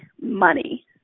money